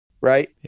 right